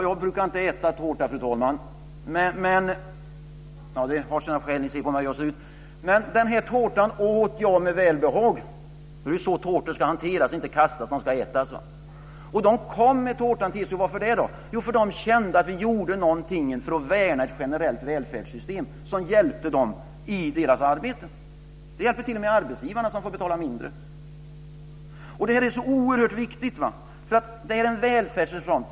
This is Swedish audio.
Jag brukar inte äta tårta, fru talman - det har sina skäl; ni ser på mig hur jag ser ut - men den här tårtan åt jag med välbehag. Det är ju så tårtor ska hanteras. De ska inte kastas utan ätas. TCO kom med en tårta, och varför det då? Jo, därför att man kände att vi gjorde någonting för att värna ett generellt välfärdssystem som hjälpte organisationen i dess arbete. Det hjälpte t.o.m. arbetsgivarna som får betala mindre. Det här är så oerhört viktigt. Detta är en välfärdsreform.